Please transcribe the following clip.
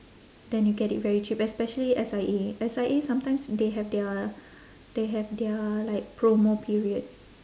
then you get it very cheap especially S_I_A S_I_A sometimes they have their they have their like promo period